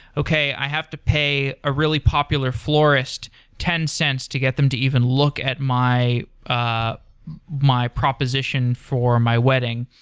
okay. i have to pay a really popular florist ten cents to get them to even look at my ah my proposition for my wedding